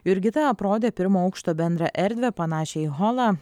jurgita aprodė pirmo aukšto bendrą erdvę panašią į holą